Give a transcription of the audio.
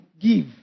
give